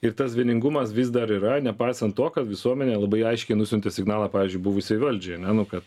ir tas vieningumas vis dar yra nepaisant to kad visuomenė labai aiškiai nusiuntė signalą pavyzdžiui buvusiai valdžiai ane nu ka